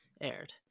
aired